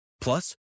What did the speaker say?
Plus